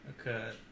Okay